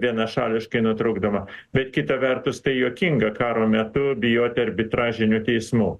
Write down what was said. vienašališkai nutraukdama bet kita vertus tai juokinga karo metu bijoti arbitražinių teismų